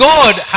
God